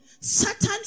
Satan